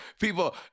People